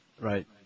Right